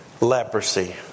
Leprosy